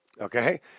Okay